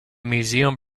museum